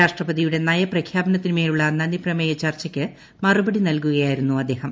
രാഷ്ട്രപതിയുടെ നയപ്രഖ്യാപനത്തിന് മേലുള്ള നന്ദിപ്രമേയ ചർച്ചയ്ക്ക് മറുപടി നൽകുകയായിരുന്നു അദ്ദേഹം